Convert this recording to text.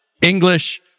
English